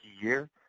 year